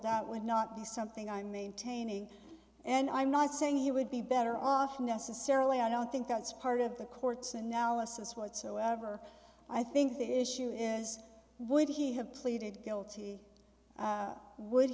that would not be something i'm maintaining and i'm not saying he would be better off necessarily i don't think that's part of the court's analysis whatsoever i think the issue is would he have pleaded guilty would